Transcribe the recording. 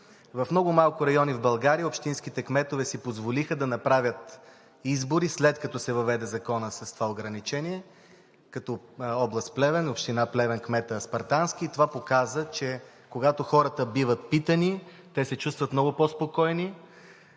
В много малко райони в България общинските кметове си позволиха да направят избори, след като се въведе законът с това ограничение – като област Плевен, община Плевен, кметът Спартански. Това показа, че когато хората биват питани, те се чувстват много по-спокойни,